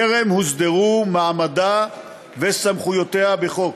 טרם הוסדרו מעמדה וסמכויותיה בחוק.